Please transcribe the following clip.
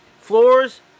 Floors